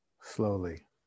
slowly